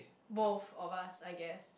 both of us I guess